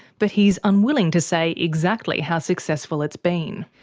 but he's unwilling to say exactly how successful it's been.